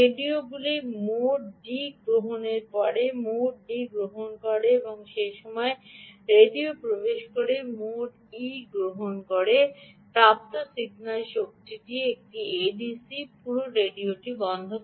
যে রেডিওগুলি mode D গ্রহণের পরে মোড ডি গ্রহণ করে যে সময় রেডিও প্রবেশ করে মোড ই গ্রহণ করবে এবং প্রাপ্ত সিগন্যাল শক্তির একটি নমুনা এডিসি অধিগ্রহণ শুরু হওয়ার পরে শুরু হতে পারে